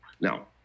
Now